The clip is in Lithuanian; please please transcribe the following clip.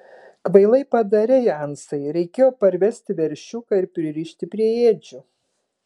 kvailai padarei ansai reikėjo parvesti veršiuką ir pririšti prie ėdžių